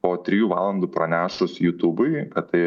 po trijų valandų pranešus jutubui kad tai